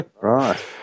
Right